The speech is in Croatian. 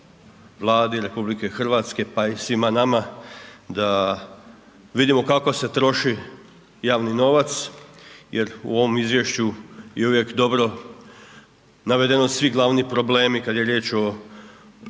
Vladi RH pa i svima nama da vidimo kako se troši javni novac jer u ovom izvješću je uvijek dobro navedeno svi glavni problemi kada je riječ o